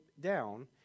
down